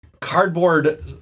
cardboard